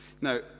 Now